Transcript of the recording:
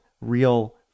real